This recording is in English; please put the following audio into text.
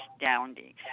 astounding